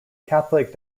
catholic